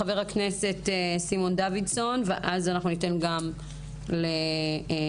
חבר הכנסת סימון דוידסון, ואז ניתן גם לארגונים.